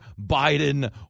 Biden